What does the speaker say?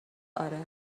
آره